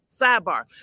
Sidebar